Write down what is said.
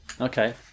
Okay